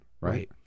Right